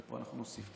פה נוסיף קצת,